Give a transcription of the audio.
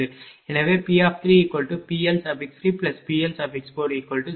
எனவே P3PL3PL40